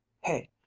Hey